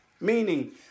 meaning